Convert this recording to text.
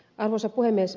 arvoisa puhemies